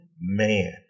man